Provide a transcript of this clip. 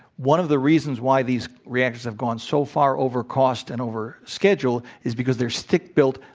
one of the reasons why these reactors have gone so far over cost and over schedule is because they're stick-built,